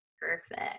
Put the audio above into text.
Perfect